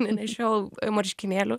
nenešiojau marškinėlių